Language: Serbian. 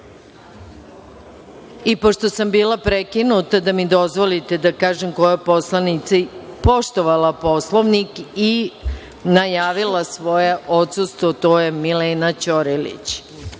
sam bila prekinuta, dozvolite mi da kažem koja je poslanica poštovala Poslovnik i najavila svoje odsustvo, a to je Milena Ćorilić.